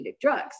drugs